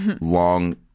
long